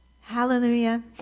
hallelujah